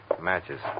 Matches